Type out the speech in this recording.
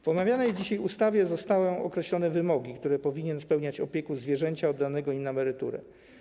W omawianej dzisiaj ustawie zostały określone wymogi, które powinien spełniać opiekun zwierzęcia oddanego mu na emeryturę.